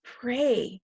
pray